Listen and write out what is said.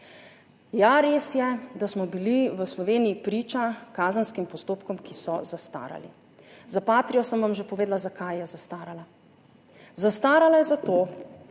Res je, da smo bili v Sloveniji priča kazenskim postopkom, ki so zastarali. Za Patrio sem vam že povedala, zakaj je zastarala. Zastarala je zato,